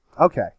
Okay